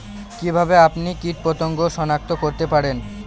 কিভাবে আপনি কীটপতঙ্গ সনাক্ত করতে পারেন?